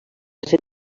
ser